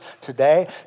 today